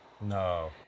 No